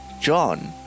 John